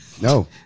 No